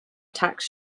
tax